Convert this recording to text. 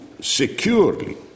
securely